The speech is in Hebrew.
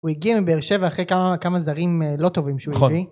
הוא הגיע מבאר שבע אחרי כמה זרים לא טובים שהוא הביא